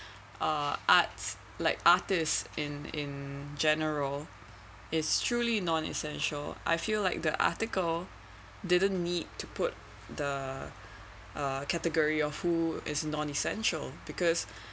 uh arts like artist in in general is truly non essential I feel like the article didn't need to put the uh category of who is non essential because